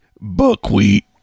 buckwheat